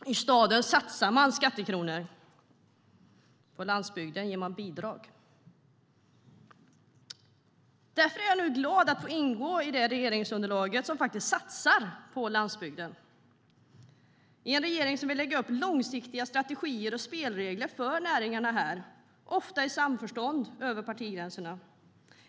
I staden satsar man skattekronor, men på landsbygden ger man bidrag. Därför är jag glad att få ingå i det regeringsunderlag som faktiskt satsar på landsbygden. Det är en regering som vill lägga upp långsiktiga strategier och spelregler för näringarna där, ofta i samförstånd över partigränserna.